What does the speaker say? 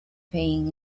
pain